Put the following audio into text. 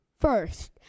first